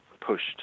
pushed